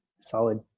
solid